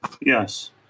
Yes